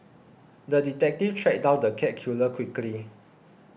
the detective tracked down the cat killer quickly